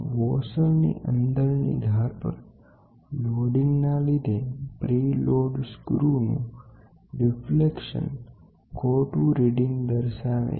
washer ની અંદર ની ધાર પર લોડીંગ ના લીધે પ્રિલોડ સ્ક્રુ નું ડેફ્લેકશન ખોટું રીડિંગ દર્શાવે છે